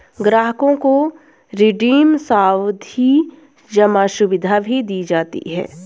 ग्राहकों को रिडीम सावधी जमा सुविधा भी दी जाती है